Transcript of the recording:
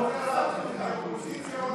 אתה אופוזיציה או,